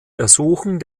ersuchen